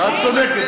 את צודקת,